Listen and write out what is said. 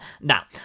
Now